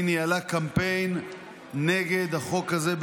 היא ניהלה קמפיין נגד החוק הזה,